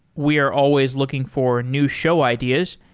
we are always looking for new show ideas.